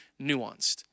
nuanced